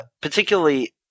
Particularly